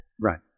Right